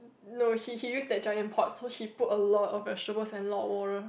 no he he used that giant pot so he put a lot of vegetables and a lot water